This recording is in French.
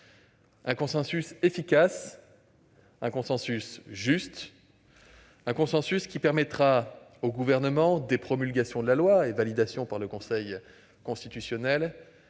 un consensus efficace, un consensus juste et un consensus qui permettra au Gouvernement, dès promulgation de la loi, après la validation du Conseil constitutionnel,